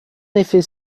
effet